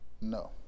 No